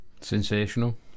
Sensational